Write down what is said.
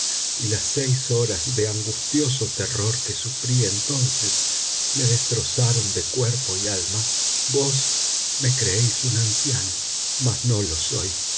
y las seis horas de angustioso terror que sufrí entonces me destrozaron de cuerpo y alma vos me creéis un anciano mas no lo soy